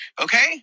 Okay